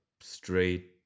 straight